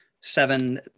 seven